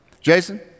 Jason